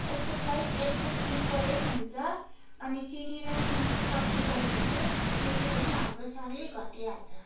exercise एकदम important हुन्छ अनि चिनी र नुन कम्ती गर्यो भने त्यसै पनि हाम्रो शरीर घटिहाल्छ